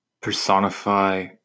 personify